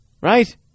Right